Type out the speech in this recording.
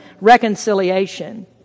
reconciliation